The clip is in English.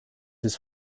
his